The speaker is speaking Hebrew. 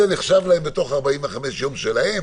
הגרייס הזה נחשב להם בתוך 45 הימים שלהם